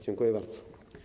Dziękuję bardzo.